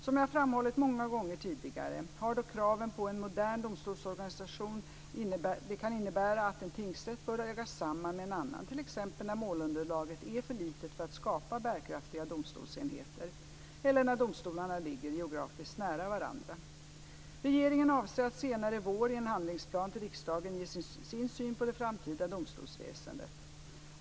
Som jag framhållit många gånger tidigare kan dock kraven på en modern domstolsorganisation innebära att en tingsrätt bör läggas samman med en annan, t.ex. när målunderlaget är för litet för att skapa bärkraftiga domstolsenheter eller när domstolarna ligger geografiskt nära varandra. Regeringen avser att senare i vår i en handlingsplan till riksdagen ge sin syn på det framtida domstolsväsendet.